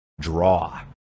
draw